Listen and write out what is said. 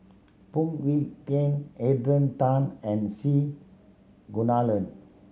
Phoon Yew Tien Adrian Tan and C Kunalan